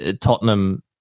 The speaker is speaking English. Tottenham